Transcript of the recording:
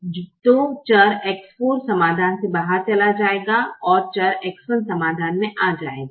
तो चर X 4समाधान से बाहर चला जाएगा और चरX 1 समाधान में आ जाएगा